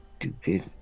stupid